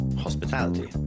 Hospitality